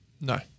No